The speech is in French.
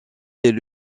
est